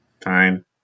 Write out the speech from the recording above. Fine